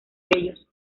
ellos